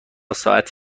ساعت